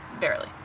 barely